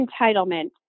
entitlement